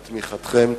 את תמיכתכם.